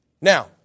Now